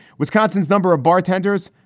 wisconsin's number of bartenders,